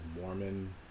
Mormon